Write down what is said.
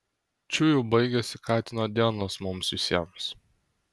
čiuju baigėsi katino dienos mums visiems